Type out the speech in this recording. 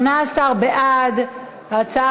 חוק